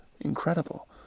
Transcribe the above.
incredible